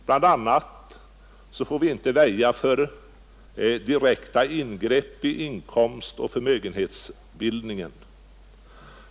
Bland annat får vi inte väja för direkta ingrepp i inkomstoch förmögenhetsbildningen.